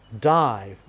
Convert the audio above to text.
die